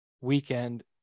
Weekend